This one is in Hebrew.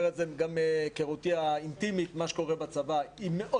זאת גם מהיכרותי האינטימית עם מה שקורה בצבא מאוד